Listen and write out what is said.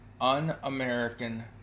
un-American